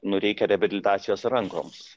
nu reikia reabilitacijos rankoms